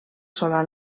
sola